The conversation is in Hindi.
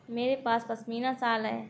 मेरे पास पशमीना शॉल है